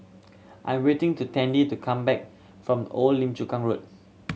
I am waiting to Tandy to come back from Old Lim Chu Kang Road